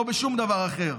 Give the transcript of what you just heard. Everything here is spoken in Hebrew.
לא בשום דבר אחר.